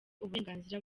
uburenganzira